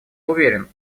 уверен